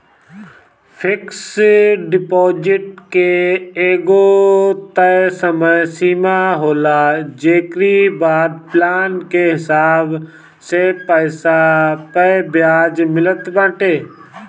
fix deposit के एगो तय समय सीमा होला जेकरी बाद प्लान के हिसाब से पईसा पअ बियाज मिलत बाटे